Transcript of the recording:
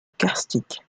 karstique